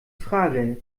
frage